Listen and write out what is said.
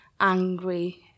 angry